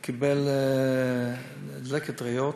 הוא קיבל דלקת ריאות,